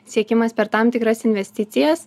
siekimas per tam tikras investicijas